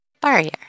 Barrier